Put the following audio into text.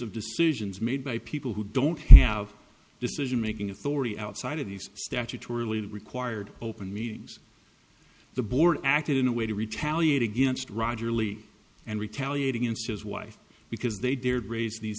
of decisions made by people who don't have decision making authority outside of these statutorily that required open meetings the board acted in a way to retaliate against roger lee and retaliating against his wife because they dared raise these